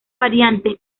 variantes